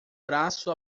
braço